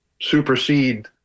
supersede